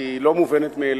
כי היא לא מובנת מאליה.